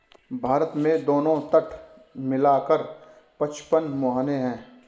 भारत में दोनों तट मिला कर पचपन मुहाने हैं